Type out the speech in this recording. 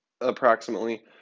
approximately